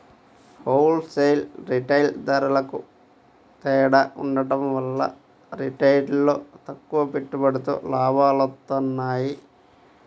whole sale, retail ధరలకూ తేడా ఉండటం వల్ల రిటైల్లో తక్కువ పెట్టుబడితో లాభాలొత్తన్నాయి